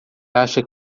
acha